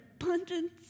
abundance